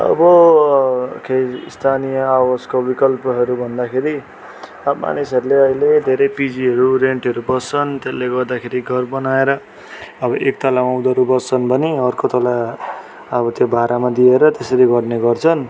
अब केही स्थानीय आवासको विकल्पहरू भन्दाखेरि अब मानिसहरूले अहिले धेरै पिजीहरू रेन्टहरू बस्छन् त्यसले गर्दाखेरि घर बनाएर अब एक तल्ला उनीहरू बस्छन् भने अर्को तल्ला अब त्यो भाडामा दिएर त्यसरी गर्ने गर्छन्